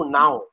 now